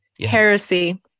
heresy